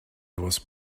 was